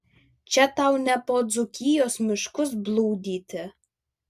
čia tau ne po dzūkijos miškus blūdyti